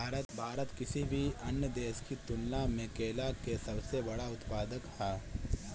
भारत किसी भी अन्य देश की तुलना में केला के सबसे बड़ा उत्पादक ह